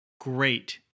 great